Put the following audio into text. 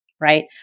right